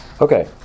Okay